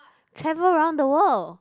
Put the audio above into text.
travel around the world